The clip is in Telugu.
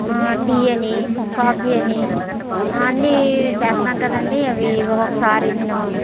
ఆ టీ అని కాఫీ అని అన్నీ చేస్తాం కదండి అవి ఒకసారి నేను